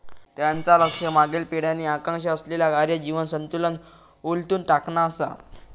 त्यांचा लक्ष मागील पिढ्यांनी आकांक्षा असलेला कार्य जीवन संतुलन उलथून टाकणा असा